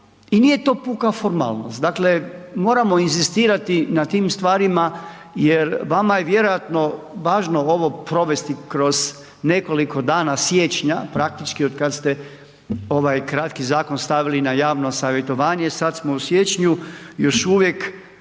i nije to puka formalnost. Dakle, moramo inzistirati na tim stvarima jer vama je vjerojatno važno ovo provesti kroz nekoliko dana siječnja, praktički otkad ste ovaj kratki zakon stavili na javno savjetovanje, sad smo u siječnju, još uvijek,